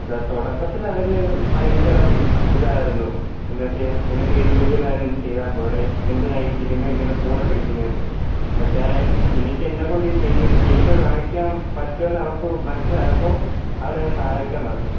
അതെ തുടക്കത്തിൽ അവർ ഭയങ്കരം ഇതായിരുന്നു എന്നച്ച് നിനക്ക് ഏതെങ്കിലും ഒരു കാര്യം ചെയ്താൽ പോരെ എന്തിനാണ് ഈ സിനിമ ഇങ്ങനെ കൂടെ പിടിക്കുന്നതെന്ന് പക്ഷെ എനിക്ക് എന്നെക്കൊണ്ട് ഇത് ചെയ്തു കാണിക്കാൻ പറ്റുമെന്ന് അവർക്ക് മനസിലായപ്പോൾ അവർ എന്നെ സഹായിക്കാൻ തുടങ്ങി